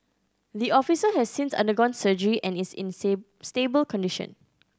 the officer has since undergone surgery and is in stable condition